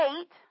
eight